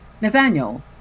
Nathaniel